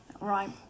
Right